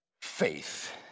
faith